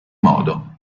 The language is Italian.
modo